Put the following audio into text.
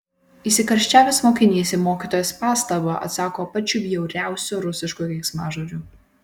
įsikarščiavęs mokinys į mokytojos pastabą atsako pačiu bjauriausiu rusišku keiksmažodžiu